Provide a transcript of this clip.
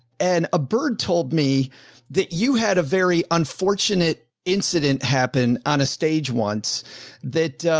and a bird told me that you had a very unfortunate incident happen on a stage once that,